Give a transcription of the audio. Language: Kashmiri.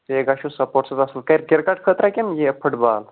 سیگا چھُو سَپوٹٕسس اَصٕل کَرِ کِرکَٹ خٲطرٕ ہہ کِنہٕ فُٹبال